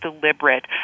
deliberate